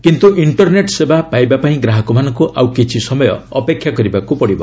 କିନ୍ତୁ ଇଣ୍ଟରନେଟ୍ ସେବା ପାଇବା ପାଇଁ ଗ୍ରାହକମାନଙ୍କୁ ଆଉ କିଛି ସମୟ ଅପେକ୍ଷା କରିବାକୁ ପଡ଼ିବ